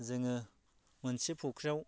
जोङो मोनसे फ'ख्रियाव